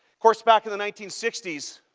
course back in the nineteen sixty s,